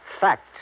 Fact